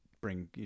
bring